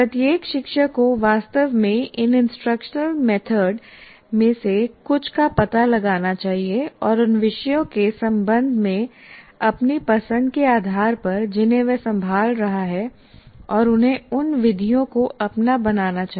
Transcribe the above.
प्रत्येक शिक्षक को वास्तव में इन इंस्ट्रक्शन मेथड में से कुछ का पता लगाना चाहिए और उन विषयों के संबंध में अपनी पसंद के आधार पर जिन्हें वह संभाल रहा है और उन्हें उन विधियों को अपना बनाना चाहिए